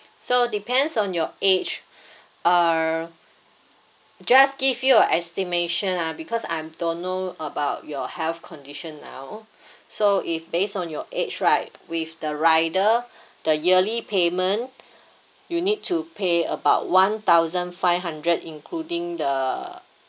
so depends on your age uh just give you a estimation ah because I'm don't know about your health condition now so if based on your age right with the rider the yearly payment you need to pay about one thousand five hundred including the